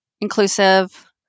inclusive